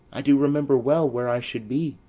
i do remember well where i should be,